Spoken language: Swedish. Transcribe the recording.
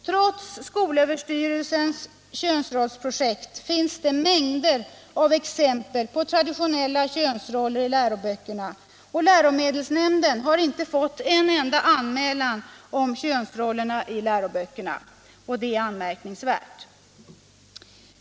Trots skolöverstyrelsens könsrollsprojekt finns det mängder av exempel på traditionella könsroller i läroböckerna. Men läromedelsnämnden har inte fått en enda anmälan om könsrollerna i läroböckerna. Det är anmärkningsvärt.